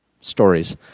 stories